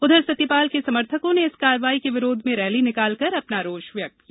उधर सतपाल के समर्थकों ने इस कार्यवाही के विरोध में रैली निकालकर अपना रोष व्यक्त किया